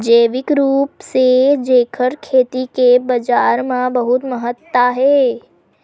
जैविक रूप से करे खेती के बाजार मा बहुत महत्ता हे